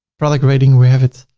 product rating, we have it.